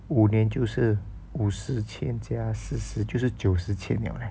五年就是五十千加四十就是九十千了 eh